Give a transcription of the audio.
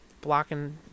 blocking